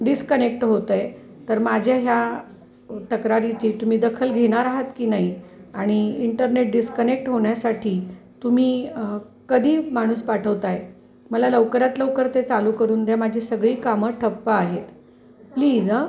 disconnect होतं आहे तर माझ्या ह्या तक्रारीची तुम्ही दखल घेणार आहात की नाही आणि इंटरनेट डिस्कनेक्ट होण्यासाठी तुम्ही कधी माणूस पाठवत आहे मला लवकरात लवकर ते चालू करून द्या माझी सगळी कामं ठप्प आहेत प्लीज अं